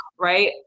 right